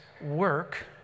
work